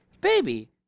baby